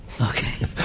Okay